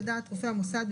לדעת רופא המוסד,